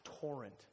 torrent